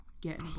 Get